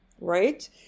right